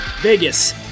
Vegas